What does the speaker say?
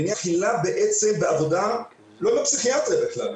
--- בעבודה לא בפסיכיאטריה בכלל,